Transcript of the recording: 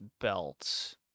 Belt